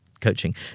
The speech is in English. coaching